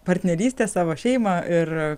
partnerystę savo šeimą ir